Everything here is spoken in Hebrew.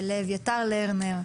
אלינו.